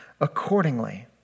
accordingly